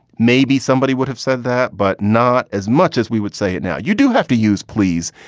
maybe somebody would have said that, but not as much as we would say. now you do have to use. please,